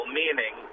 meaning